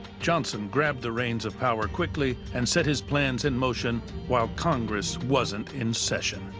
johnson grabbed the reins of power quickly and set his plans in motion while congress wasn't in session.